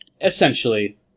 Essentially